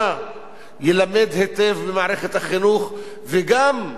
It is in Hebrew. יילמד היטב במערכת החינוך וגם יועבר